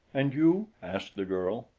and you? asked the girl.